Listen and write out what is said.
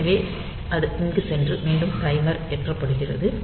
எனவே அது இங்கு சென்று மீண்டும் டைமர் ஏற்றப்படுகிறது